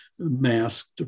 masked